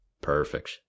perfect